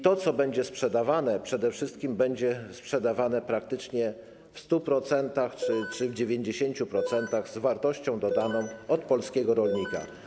To, co będzie sprzedawane, przede wszystkim będzie sprzedawane praktycznie w 100% czy w 90% z wartością dodaną od polskiego rolnika.